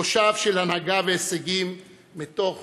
מושב של הנהגה והישגים מתוך